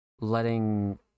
letting